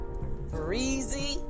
breezy